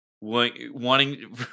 wanting